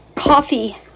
coffee